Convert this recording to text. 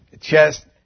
chest